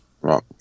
Right